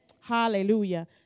Hallelujah